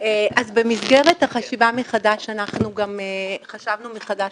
אז במסגרת החשיבה מחדש אנחנו גם חשבנו מחדש